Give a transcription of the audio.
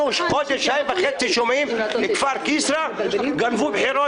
אנחנו שומעים שבכפר כיסרא גנבו בחירות.